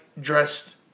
dressed